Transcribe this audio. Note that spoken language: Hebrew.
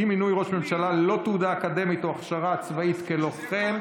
אי-מינוי ראש ממשלה ללא תעודה אקדמית או הכשרה צבאית כלוחם)